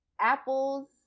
apples